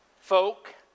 folk